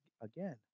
again